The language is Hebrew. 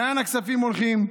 לאן הכספים הולכים?